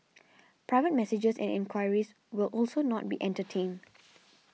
private messages and enquiries will also not be entertained